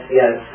yes